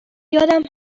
یادم